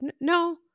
No